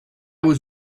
was